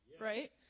Right